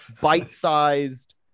bite-sized